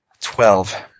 Twelve